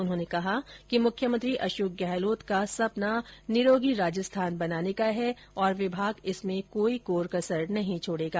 उन्होंने कहा कि मुख्यमंत्री अशोक गहलोत का सपना निरोगी राजस्थान बनाने का है और विभाग इसमें कोई कोर कसर नहीं छोड़ेगा